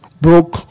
broke